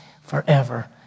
forever